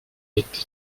été